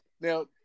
Now